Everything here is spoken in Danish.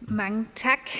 Mange tak.